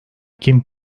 kim